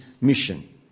mission